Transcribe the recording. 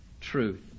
truth